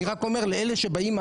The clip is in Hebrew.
אני רק אומר לאלה שבאים,